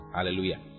Hallelujah